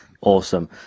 Awesome